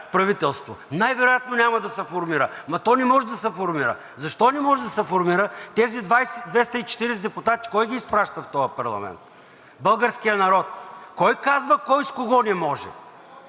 правителство; най-вероятно няма да се формира; ама то не може да се формира. Защо не може да се формира?! Тези 240 депутати кой ги изпраща в този парламент – българският народ. Кой казва кой с кого не може